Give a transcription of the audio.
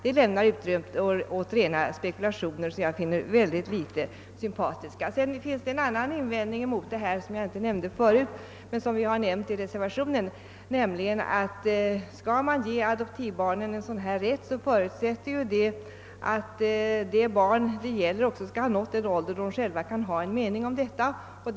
Det lämnar utrymme åt rena spekulationer som jag finner mycket litet sympatiska. En annan invändning som vi har nämnt i reservationen är att om man skall ge adoptivbarnen en sådan här rätt, förutsätter det att dessa barn skall ha nått sådan ålder att de själva kan ha en mening härom.